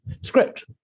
script